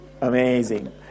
Amazing